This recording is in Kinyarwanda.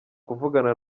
kuvugana